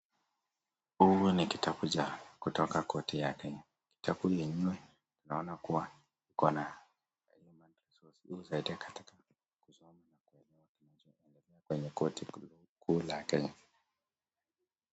Huu ni kitabu chake kutoka koti ya Kenya. Kitabu yenyewe, tunaona kuwa iko na human resource juu, saidi anataka kusoma na kuelewa kinachoendelea kwenye koti kuu la Kenya.